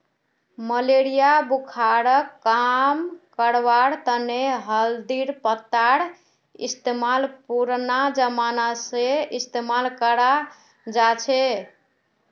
malaria बुखारक कम करवार तने हल्दीर पत्तार इस्तेमाल पुरना जमाना स इस्तेमाल कराल जाछेक